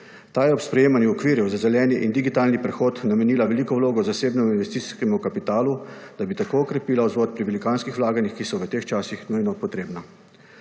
Ta je ob sprejemanju okvirjev za zeleni in digitalni prehod namenila veliko vlogo zasebnemu investicijskemu kapitalu, da bi tako okrepila vzvod pri velikanskih vlaganjih, ki so v teh časih nujno potrebna.